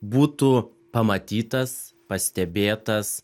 būtų pamatytas pastebėtas